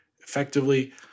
effectively